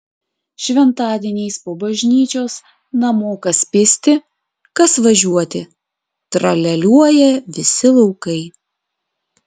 šventadieniais po bažnyčios namo kas pėsti kas važiuoti tralialiuoja visi laukai